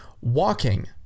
walking